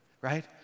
right